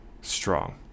strong